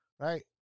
Right